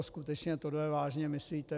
Skutečně tohle vážně myslíte?